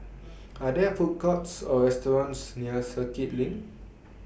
Are There Food Courts Or restaurants near Circuit LINK